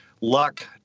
luck